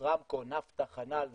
ישראמקו, נפטא, חנ"ל וכו'